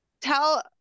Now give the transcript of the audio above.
tell